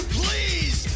please